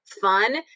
fun